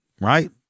Right